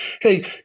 Hey